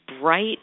bright